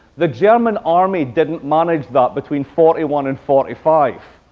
the german army didn't manage that between forty one and forty five.